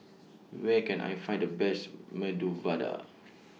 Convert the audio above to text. Where Can I Find The Best Medu Vada